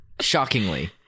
Shockingly